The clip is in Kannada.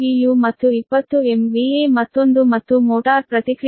u ಮತ್ತು 20 MVA ಮತ್ತೊಂದು ಮತ್ತು ಮೋಟಾರ್ ಪ್ರತಿಕ್ರಿಯಾತ್ಮಕತೆ 0